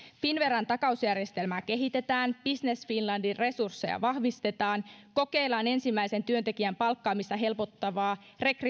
finnveran takausjärjestelmää kehitetään business finlandin resursseja vahvistetaan ensimmäisen työntekijän palkkaamista helpottavaa